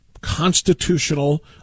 constitutional